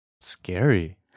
Scary